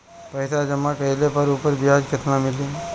पइसा जमा कइले पर ऊपर ब्याज केतना मिली?